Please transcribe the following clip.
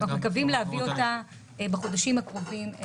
אנחנו מתכוונים להביא אותה בחודשים הקרובים.